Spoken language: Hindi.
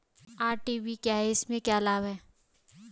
आई.डी.वी क्या है इसमें क्या लाभ है?